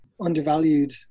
undervalued